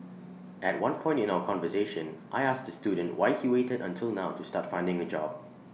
at one point in our conversation I asked the student why he waited until now to start finding A job